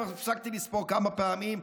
כבר הפסקתי לספור כמה פעמים,